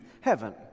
heaven